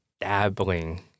dabbling